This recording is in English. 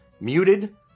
muted